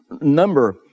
number